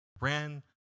ran